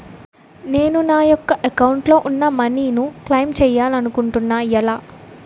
నేను నా యెక్క అకౌంట్ లో ఉన్న మనీ ను క్లైమ్ చేయాలనుకుంటున్నా ఎలా?